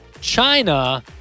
China